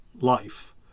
life